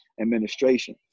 administration